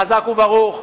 חזק וברוך.